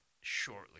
shortly